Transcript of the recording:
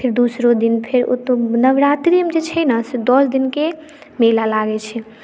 फेर दोसरो दिन फेर ओतहु नवरात्रिमे जे छै ने से दस दिनके मेला लागैत छै